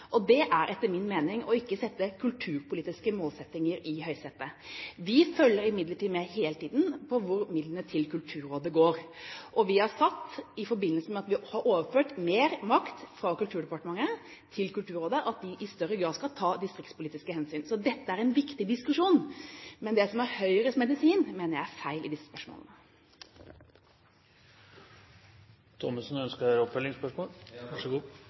Det er etter min mening ikke å sette kulturpolitiske målsettinger i høysetet. Vi følger imidlertid hele tiden med på hvor midlene til Kulturrådet går. Vi har sagt, i forbindelse med at vi har overført mer makt fra Kulturdepartementet til Kulturrådet, at de i større grad skal ta distriktspolitiske hensyn. Så dette er en viktig diskusjon. Men det som er Høyres medisin, mener jeg er feil i disse